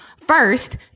first